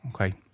Okay